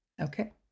Okay